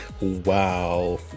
Wow